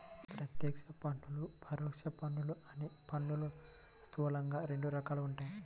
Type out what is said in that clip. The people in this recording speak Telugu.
ప్రత్యక్ష పన్నులు, పరోక్ష పన్నులు అని పన్నులు స్థూలంగా రెండు రకాలుగా ఉంటాయి